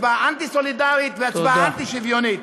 הצבעה אנטי-סולידרית והצבעה אנטי-שוויונית.